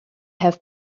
have